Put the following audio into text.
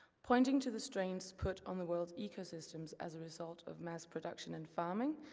pointing to the strains put on the world's ecosystems as a result of mass production and farming,